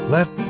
Let